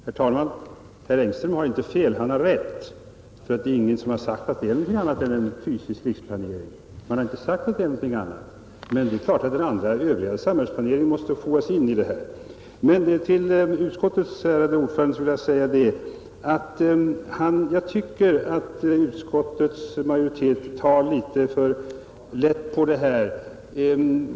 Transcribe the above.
Herr talman! Herr Engström har inte fel, han har rätt. Det är ingen som har sagt att det är någonting annat än en fysisk riksplanering som förbereds. Men det är klart att den måste fogas in i den övriga samhällsplaneringen. Till utskottets ärade ordförande skulle jag vilja säga att jag tycker att utskottets majoritet tar litet för lätt på detta.